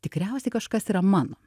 tikriausiai kažkas yra mano